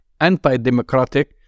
anti-democratic